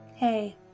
Hey